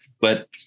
but-